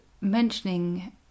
mentioning